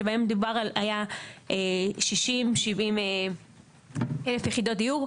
שבהם דובר על 60-70 אלף יחידות דיור.